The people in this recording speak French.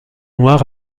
noirs